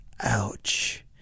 ouch